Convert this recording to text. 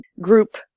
group